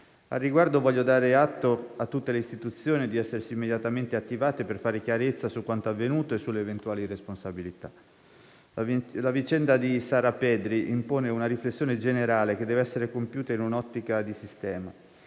Al riguardo intendo dare atto a tutte le istituzioni di essersi immediatamente attivate per fare chiarezza su quanto avvenuto e sulle eventuali responsabilità. La vicenda di Sara Pedri impone una riflessione generale che deve essere compiuta in un'ottica di sistema.